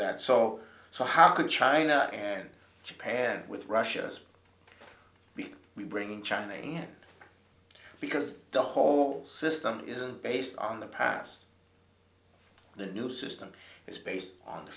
that so so how could china and japan with russia's we bring in china because the whole system isn't based on the past the new system is based on the